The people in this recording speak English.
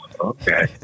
Okay